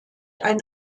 ein